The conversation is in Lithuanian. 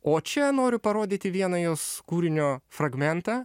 o čia noriu parodyti vieną jos kūrinio fragmentą